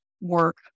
work